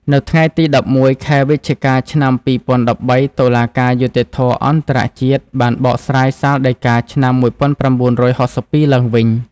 នៅថ្ងៃទី១១ខែវិច្ឆិកាឆ្នាំ២០១៣ តុលាការយុត្តិធម៌អន្ដរជាតិ បានបកស្រាយសាលដីកាឆ្នាំ១៩៦២ឡើងវិញ។